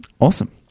Awesome